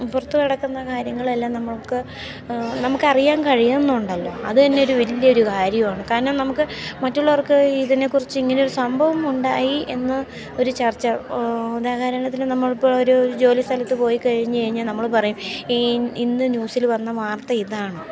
പുറത്തു നടക്കുന്ന കാര്യങ്ങളെല്ലാം നമ്മൾക്ക് നമുക്ക് അറിയാൻ കഴിയുന്നുണ്ടല്ലോ അതു തന്നെ ഒരു വലിയ ഒരു കാര്യമാണ് കാരണം നമുക്ക് മറ്റുള്ളവർക്ക് ഇതിനെ കുറിച്ച് ഇങ്ങനെ ഒരു സംഭവമുണ്ടായി എന്നു ഒരു ചർച്ച ഉദാഹരണത്തിന് നമ്മൾ ഇപ്പോൾ ഒരു ഒരു ജോലി സ്ഥലത്ത് പോയി കഴിഞ്ഞു കഴിഞ്ഞാൾ നമ്മൾ പറയും ഇ ഇന്ന് ന്യൂസിൽ വന്ന വാർത്ത ഇതാണ്